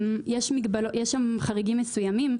יש שם חריגים מסוימים.